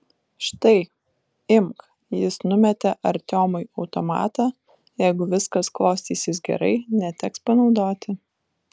štai imk jis numetė artiomui automatą jeigu viskas klostysis gerai neteks panaudoti